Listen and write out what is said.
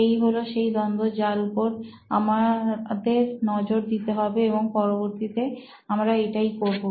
এই হল সেই দ্বন্দ্ব যার উপর আমাদের নজর দিতে হবে এবং পরবর্তীতে আমরা এটাই করব